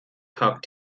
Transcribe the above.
tag